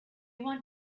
want